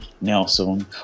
Nelson